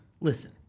Listen